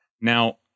now